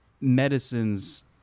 medicines